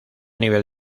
nivel